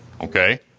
okay